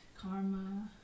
Karma